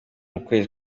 ukwezi